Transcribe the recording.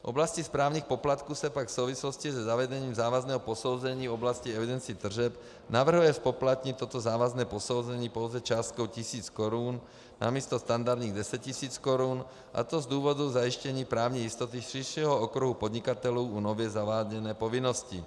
V oblasti správních poplatků se pak v souvislosti se zavedením závazného posouzení v oblasti evidence tržeb navrhuje zpoplatnit toto závazné posouzení pouze částkou tisíc korun namísto standardních 10 tisíc korun, a to z důvodu zajištění právní jistoty širšího okruhu podnikatelů u nově zaváděné povinnosti.